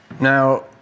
Now